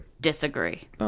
Disagree